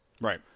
Right